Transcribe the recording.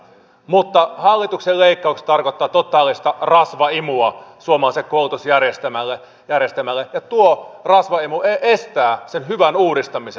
mutta hallituksen leikkaukset tarkoittavat totaalista rasvaimua suomalaiselle koulutusjärjestelmälle ja tuo rasvaimu estää sen hyvän uudistamisen